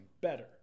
better